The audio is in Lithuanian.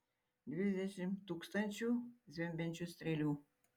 dvidešimt tūkstančių zvimbiančių strėlių